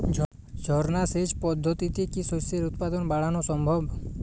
ঝর্না সেচ পদ্ধতিতে কি শস্যের উৎপাদন বাড়ানো সম্ভব?